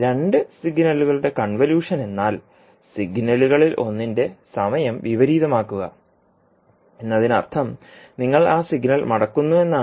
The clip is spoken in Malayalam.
രണ്ട് സിഗ്നലുകളുടെ കൺവല്യൂഷൻ എന്നാൽ സിഗ്നലുകളിലൊന്നിന്റെ സമയം വിപരീതമാക്കുക എന്നതിനർത്ഥം നിങ്ങൾ ആ സിഗ്നൽ മടക്കുന്നു എന്നാണ്